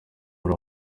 muri